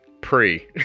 pre